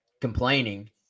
complaining –